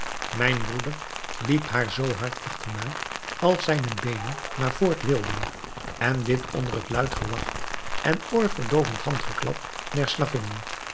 mijn broeder liep haar zoo hard achterna als zijne beenen maar voort wilden en dit onder het luid gelach en oorverdoovend handgeklap